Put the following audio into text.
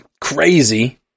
Crazy